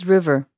River